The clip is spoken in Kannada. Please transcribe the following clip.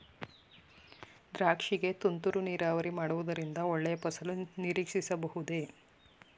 ದ್ರಾಕ್ಷಿ ಗೆ ತುಂತುರು ನೀರಾವರಿ ಮಾಡುವುದರಿಂದ ಒಳ್ಳೆಯ ಫಸಲು ನಿರೀಕ್ಷಿಸಬಹುದೇ?